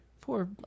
Poor